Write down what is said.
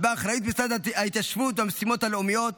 באחריות משרד ההתיישבות והמשימות הלאומיות,